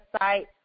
site